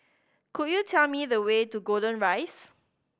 could you tell me the way to Golden Rise